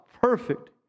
perfect